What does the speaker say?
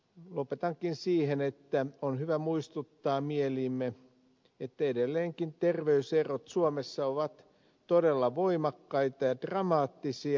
lopetankin siihen että on hyvä muistuttaa mieleen että edelleenkin terveyserot suomessa ovat todella suuria ja dramaattisia